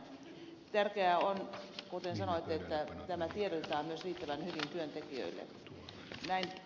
tärkeää on kuten sanoitte että tämä tiedotetaan myös riittävän hyvin työntekijöille